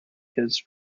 his